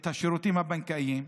את השירותים הבנקאיים.